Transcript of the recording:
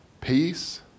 peace